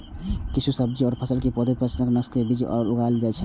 किछु सब्जी आ फसल के पौधा संकर नस्ल के बीज सं उगाएल जाइ छै